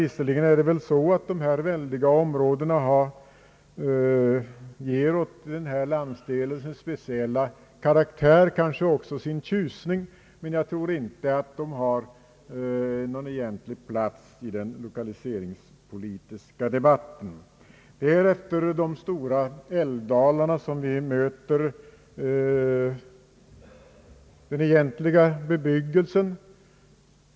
Visserligen ger väl de väldiga vildmarksområdena denna landsdel sin speciella karaktär och kanske också sin tjusning, men de har inte någon egentlig plats i den lokaliseringspolitiska debatten. Det är efter de stora älvdalarna som vi möter den egentliga bebyggelsen.